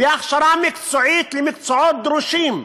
בהכשרה מקצועית למקצועות דרושים,